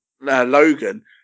Logan